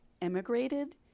emigrated